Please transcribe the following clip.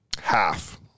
Half